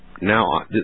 Now